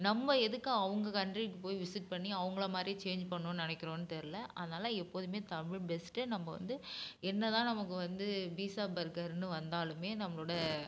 நம்ம எதுக்கு அவங்க கண்ட்ரிக்கு போய் விசிட் பண்ணி அவங்கள மாதிரி சேஞ்ச் பண்ணணும் நெனைக்கிறோம்னு தெரில அதனால எப்போதுமே தமிழ் பெஸ்ட்டு நம்ம வந்து என்ன தான் நமக்கு வந்து பீசா பர்கர்னு வந்தாலுமே நம்மளோடய